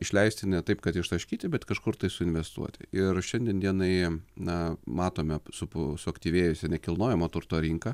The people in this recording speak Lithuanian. išleisti ne taip kad ištaškyti bet kažkur tai suinvestuoti ir šiandien dienai na matome supu suaktyvėjusią nekilnojamo turto rinką